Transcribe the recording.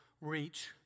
reach